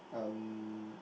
um